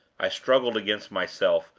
i struggled against myself,